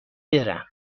برم